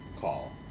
call